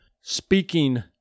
speaking